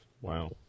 Wow